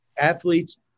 athletes